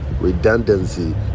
Redundancy